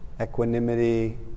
Equanimity